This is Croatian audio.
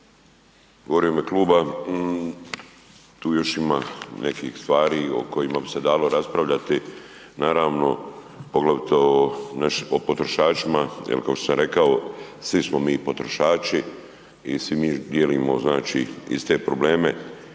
govorim u ime kluba tu još ima nekih stvari o kojima bi se dalo raspravljati, naravno poglavito o potrošačima jer kao što sam rekao svi smo mi potrošači i svi mi dijelimo znači iste probleme.